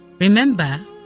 Remember